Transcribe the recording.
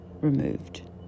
removed